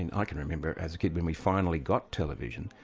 and i can remember as a kid when we finally got television,